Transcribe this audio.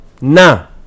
now